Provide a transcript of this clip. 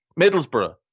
Middlesbrough